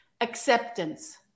Acceptance